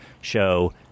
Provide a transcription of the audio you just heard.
show